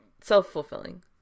self-fulfilling